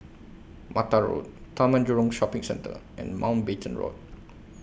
Mata Road Taman Jurong Shopping Centre and Mountbatten Road